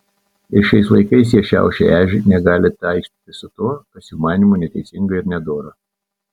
ir šiais laikais jie šiaušia ežį negali taikstytis su tuo kas jų manymu neteisinga ir nedora